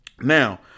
now